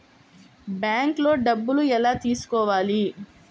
బ్యాంక్లో డబ్బులు ఎలా తీసుకోవాలి?